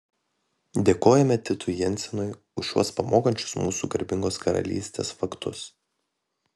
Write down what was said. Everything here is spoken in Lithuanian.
dėkojame titui jensenui už šiuos pamokančius mūsų garbingos karalystės faktus